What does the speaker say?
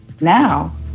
now